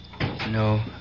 No